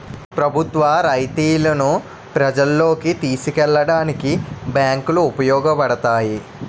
ప్రభుత్వ రాయితీలను ప్రజల్లోకి తీసుకెళ్లడానికి బ్యాంకులు ఉపయోగపడతాయి